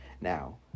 Now